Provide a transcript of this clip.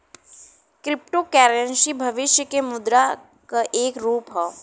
crypto currency भविष्य के मुद्रा क एक रूप हौ